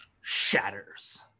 shatters